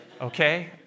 Okay